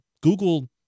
Google